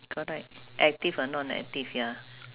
correct active or non-active ya